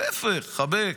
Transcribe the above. להפך, חבק.